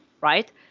right